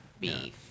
beef